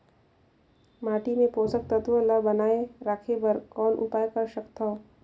माटी मे पोषक तत्व ल बनाय राखे बर कौन उपाय कर सकथव?